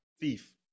thief